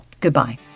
goodbye